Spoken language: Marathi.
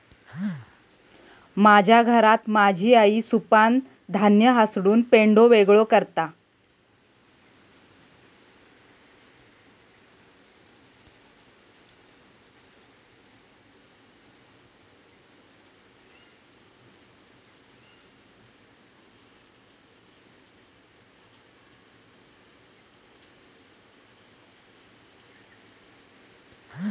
माझ्या घरात माझी आई सुपानं धान्य हासडून पेंढो वेगळो करता